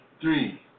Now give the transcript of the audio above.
three